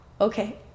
okay